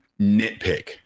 nitpick